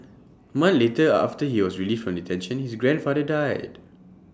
month later A after he was released from detention his grandfather died